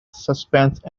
suspense